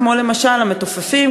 כמו למשל המתופפים,